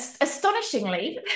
astonishingly